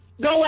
go